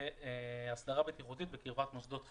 הסדרה בטיחותית בקרבת מוסדות חינוך,